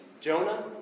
Jonah